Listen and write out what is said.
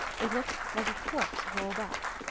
it looked like a corpse rolled up.